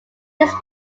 this